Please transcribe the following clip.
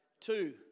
Two